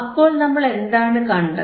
അപ്പോൾ നമ്മളെന്താണ് കണ്ടത്